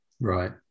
Right